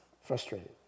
frustrated